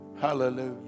hallelujah